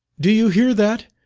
do you hear that?